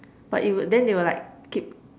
but it would then they were like keep